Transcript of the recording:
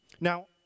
Now